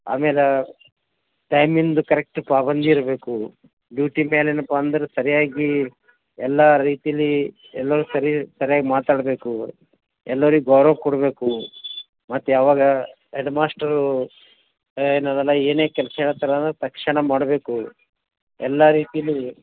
ಆಮೇಲೆ ಟೈಮಿಂದು ಕರೆಕ್ಟ್ ಪಾಬಂದಿ ಇರಬೇಕು ಡ್ಯೂಟಿ ಮೇಲ ಏನಪ್ಪ ಅಂದ್ರೆ ಸರಿಯಾಗಿ ಎಲ್ಲ ರೀತೀಲ್ಲಿ ಎಲ್ಲ ಸರಿ ಸರ್ಯಾಗಿ ಮಾತಾಡಬೇಕು ಎಲ್ಲರಿಗೆ ಗೌರವ ಕೊಡಬೇಕು ಮತ್ತು ಯಾವಾಗ ಹೆಡ್ ಮಾಸ್ಟರು ಏನು ಅದೆಲ್ಲ ಏನೇ ಕೆಲಸ ಹೇಳ್ತಾರೆ ಅಂದ್ರೆ ತಕ್ಷಣ ಮಾಡಬೇಕು ಎಲ್ಲ ರೀತೀಲ್ಲಿ